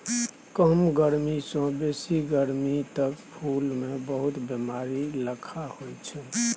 कम गरमी सँ बेसी गरमी तक फुल मे बहुत बेमारी लखा होइ छै